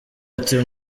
ati